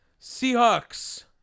Seahawks